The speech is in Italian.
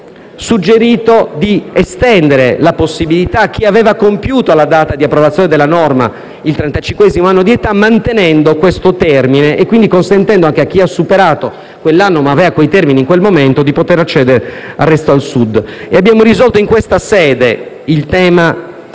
ci hanno suggerito di estendere tale possibilità a chi aveva compiuto, alla data di approvazione della norma, il trentacinquesimo anno di età, mantenendo questo termine; quindi consentendo anche a chi ha superato quell'età - ma aveva i requisiti in quel momento - di poter accedere a «Resto al Sud». Abbiamo risolto in questa sede il tema